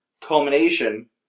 culmination